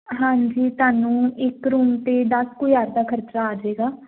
ਹਾਂਜੀ ਤੁਹਾਨੂੰ ਇੱਕ ਰੂਮ 'ਤੇ ਦਸ ਕੁ ਹਜ਼ਾਰ ਦਾ ਖਰਚਾ ਆ ਜਾਵੇਗਾ